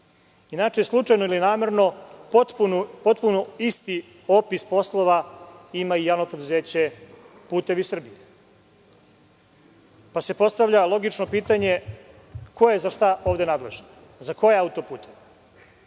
slučajno ili namerno, potpuno isti opis poslova ima i JP „Putevi Srbije“ pa se postavlja logično pitanje, ko je za šta ovde nadležan, za koje auto-puteve?